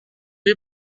you